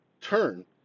turn